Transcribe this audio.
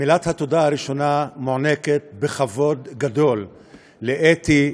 מילת התודה הראשונה מוענקת בכבוד גדול לאתי,